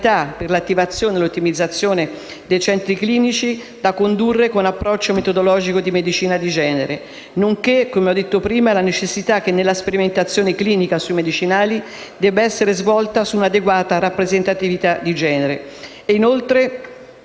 per l'attivazione e l'ottimizzazione dei centri clinici da condurre con approccio metodologico di medicina di genere, nonché, come ho detto, la necessità che la sperimentazione clinica sui medicinali, debba essere svolta su una adeguata rappresentatività di genere. Inoltre,